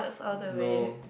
no